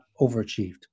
overachieved